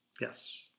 Yes